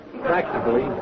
Practically